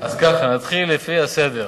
אז ככה, נתחיל לפי הסדר.